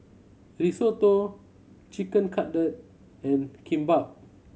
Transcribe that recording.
Risotto Chicken Cutlet and Kimbap